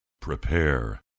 prepare